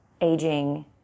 aging